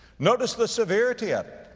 notice the severity of it.